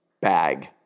bag